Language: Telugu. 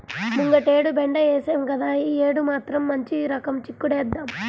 ముంగటేడు బెండ ఏశాం గదా, యీ యేడు మాత్రం మంచి రకం చిక్కుడేద్దాం